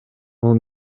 бул